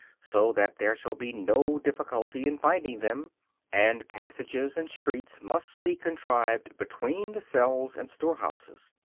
so that there shall be no difficulty in finding them and passages and streets must be contrived between the cells and store-houses.